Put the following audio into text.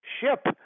ship